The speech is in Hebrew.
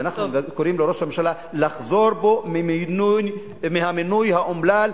ואנחנו קוראים לראש הממשלה לחזור בו מהמינוי האומלל,